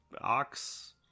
ox